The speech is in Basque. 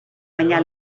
baina